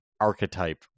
archetype